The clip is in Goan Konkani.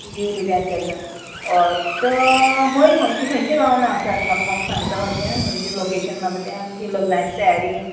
दिवली बी आसताली पळय हय तो खंय खंची खंयच्या गांवान आसा तें म्हाका म्हाका सांगता मातशें खंयचें लोकेशन म्हाका तें आमची लग्नाची तयारीं